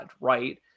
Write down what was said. right